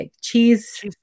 cheese